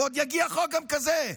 עוד יגיע גם חוק כזה,